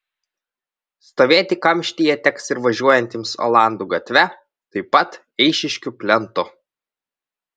stovėti kamštyje teks ir važiuojantiems olandų gatve taip pat eišiškių plentu